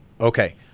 Okay